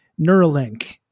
Neuralink